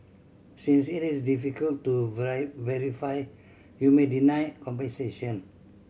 since it is difficult to verify you may denied compensation